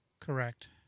correct